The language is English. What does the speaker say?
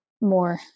more